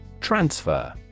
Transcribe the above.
Transfer